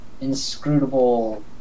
inscrutable